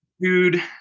Dude